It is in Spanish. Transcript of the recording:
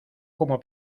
como